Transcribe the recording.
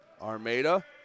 Armada